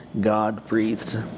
God-breathed